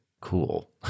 cool